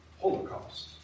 Holocaust